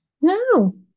no